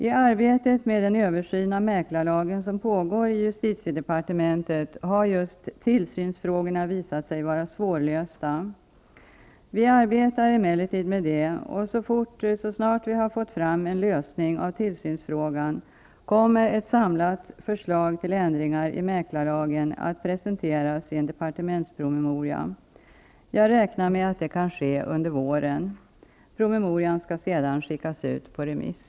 I arbetet med den översyn av mäklarlagen som pågår i justitiedepartementet har just tillsynsfrågorna visat sig vara svårlösta. Vi arbetar emellertid med det, och så snart vi har fått fram en lösning av tillsynsfrågan kommer ett samlat förslag till ändringar i mäklarlagen att presenteras i en departementspromemoria. Jag räknar med att det kan ske under våren. Promemorian skall sedan skickas ut på remiss.